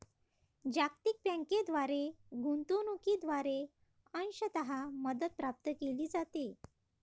जागतिक बँकेद्वारे गुंतवणूकीद्वारे अंशतः मदत प्राप्त केली जाते